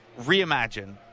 reimagine